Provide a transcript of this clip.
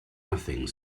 nothing